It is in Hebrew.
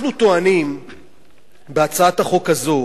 אנחנו טוענים בהצעת החוק הזאת